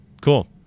Cool